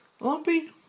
Lumpy